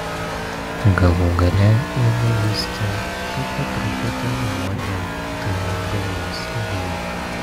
galų gale ėmė justi kaip po truputį užuodžia tai už galvos ribų